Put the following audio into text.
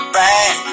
back